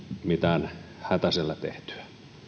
mitään hätäisesti tehtyä